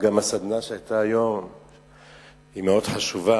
גם הסדנה שהיתה היום היא מאוד חשובה,